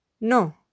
No